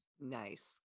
Nice